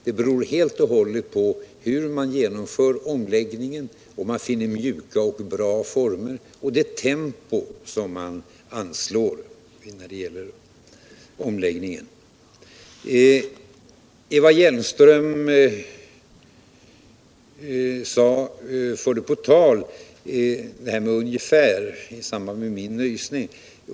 Det beror helt och hållet på hur man genomför omläggningen, om man finner mjuka och bra former, det tempo som man anslår etc. Eva Hjelmström förde på tal detta med ”ungefär”, i samband med min nysning.